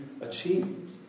achieved